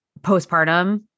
postpartum